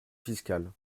fiscale